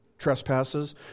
trespasses